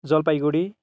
Jalpaiguri